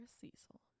Cecil